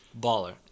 Baller